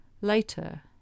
Later